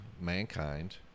mankind